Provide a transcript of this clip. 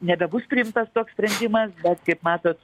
nebebus priimtas toks sprendimas bet kaip matot